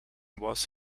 was